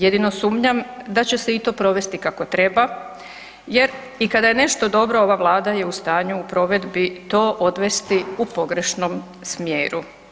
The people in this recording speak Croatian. Jedino sumnjam da će se i to provesti kako treba jer i kada je nešto dobro, ova Vlada je u stanju u provedbu to odvesti u pogrešnom smjeru.